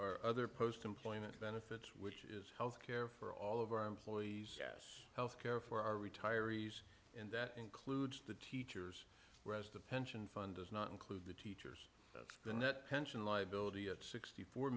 or other post employment benefits it is health care for all of our employees as health care for our retirees and that includes the teachers whereas the pension fund does not include that the net pension liability at sixty four